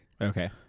Okay